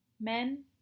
men